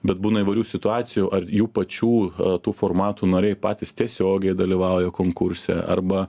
bet būna įvairių situacijų ar jų pačių tų formatų nariai patys tiesiogiai dalyvauja konkurse arba